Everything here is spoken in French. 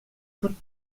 toutes